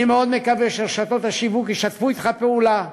אני מאוד מקווה שרשתות השיווק ישתפו אתך פעולה,